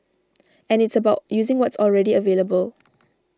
and it's about using what's already available